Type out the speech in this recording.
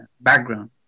background